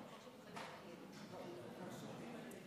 בבקשה.